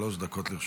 שלוש דקות לרשותך.